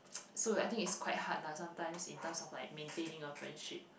so I think it's quite hard lah sometimes in terms of like maintaining a friendship